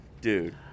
Dude